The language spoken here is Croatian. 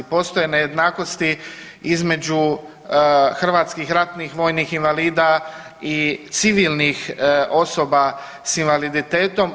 Postoje nejednakosti između hrvatskih ratnih vojnih invalida i civilnih osoba s invaliditetom.